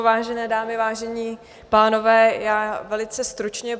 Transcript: Vážené dámy, vážení pánové, já velice stručně.